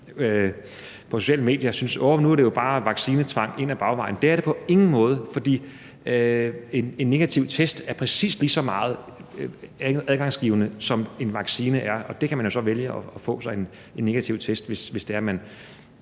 på sociale medier, der synes, at der nu er tale om vaccinetvang ind ad bagvejen. Det er det på ingen måde, for en negativ test er præcis lige så adgangsgivende, som en vaccine er, og man kan jo så vælge at få sig en negativ test, hvis det er, at man